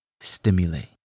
stimulate